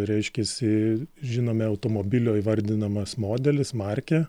reiškiasi žinome automobilio įvardinamas modelis markė